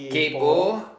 kaypoh